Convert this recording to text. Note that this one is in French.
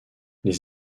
les